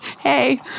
hey